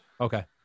Okay